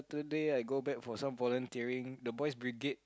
third day I go back for some volunteering the boys' Brigade